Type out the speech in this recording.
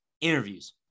interviews